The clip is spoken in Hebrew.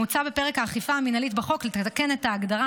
מוצע בפרק האכיפה המינהלית בחוק לתקן את ההגדרה